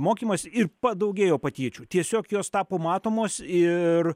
mokymas ir padaugėjo patyčių tiesiog jos tapo matomos ir